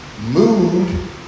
mood